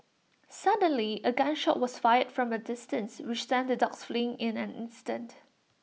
suddenly A gun shot was fired from A distance which sent the dogs fleeing in an instant